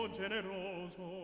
generoso